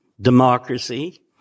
democracy